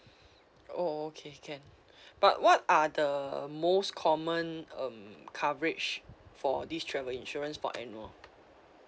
oh okay can but what are the most common um coverage for this travel insurance per annual